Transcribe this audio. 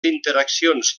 interaccions